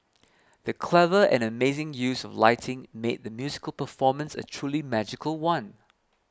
the clever and amazing use of lighting made the musical performance a truly magical one